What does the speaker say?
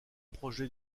projet